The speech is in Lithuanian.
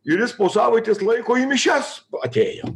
ir jis po savaitės laiko į mišias atėjo